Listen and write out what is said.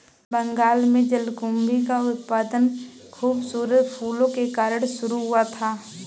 बंगाल में जलकुंभी का उत्पादन खूबसूरत फूलों के कारण शुरू हुआ था